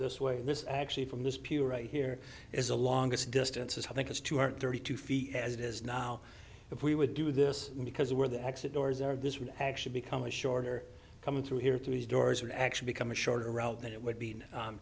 this way this is actually from this pew right here is the longest distance is i think it's two hundred thirty two feet as it is now if we would do this because where the exit doors are this would actually become a shorter coming through here through these doors or actually become a shorter route that it would be